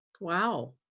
Wow